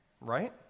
right